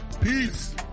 peace